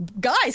guys